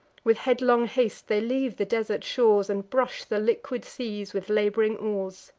with headlong haste they leave the desert shores, and brush the liquid seas with lab'ring oars.